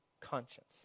conscience